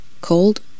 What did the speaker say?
Cold